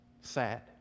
sad